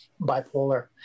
bipolar